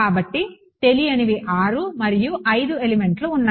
కాబట్టి తెలియనివి 6 మరియు 5 ఎలిమెంట్స్ ఉన్నాయి